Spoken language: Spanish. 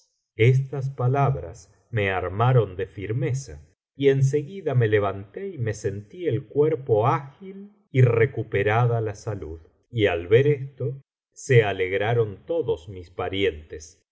estas palabras me armaron de firmeza y en seguida me levanté y me sentí el cuerpo ágil y recuperada la salud al ver esto se alegraron todos mis parientes